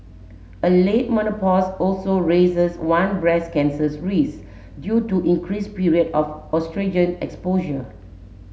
a late menopause also raises one breast cancers risk due to increase period of oestrogen exposure